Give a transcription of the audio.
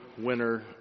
winner